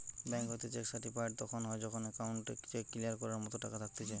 bank হইতে cheque certified তখন হয় যখন অ্যাকাউন্টে চেক ক্লিয়ার করার মতো টাকা থাকতিছে